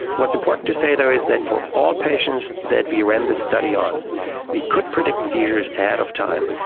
what's important to say though is that for all patients that we ran this study on we could predict seizures ahead of time,